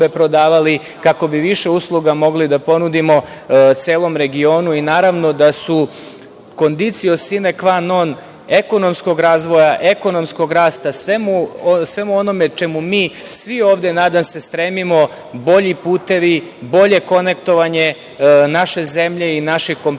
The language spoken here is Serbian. kako bi više usluga mogli da ponudimo celom regionu. Naravno da su „conditio sine qua non“ ekonomskog razvoja, ekonomskog rasta, svemu onome čemu mi svi ovde nadam se stremimo, bolji putevi, bolje konektovanje naše zemlje i naših kompanija